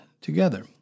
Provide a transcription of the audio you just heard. together